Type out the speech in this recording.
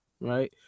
right